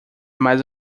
mais